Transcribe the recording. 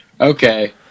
Okay